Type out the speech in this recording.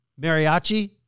Mariachi